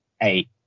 eight